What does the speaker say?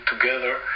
together